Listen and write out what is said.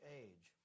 age